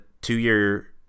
two-year